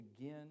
again